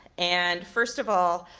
and first of all,